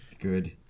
Good